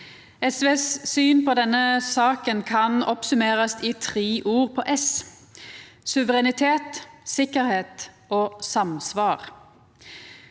SVs syn på denne saka kan oppsummerast i tre ord på s: suverenitet, sikkerheit og samsvar.